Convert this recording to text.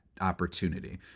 opportunity